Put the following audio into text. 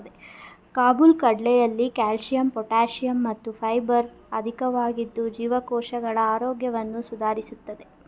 ಕಾಬುಲ್ ಕಡಲೆಲಿ calcium potassium ಮತ್ತು fibre ಅಧಿಕವಾಗಿದ್ದು ಜೀವಕೋಶಗಳ ಆರೋಗ್ಯವನ್ನು ಸುಧಾರಿಸ್ತದೆ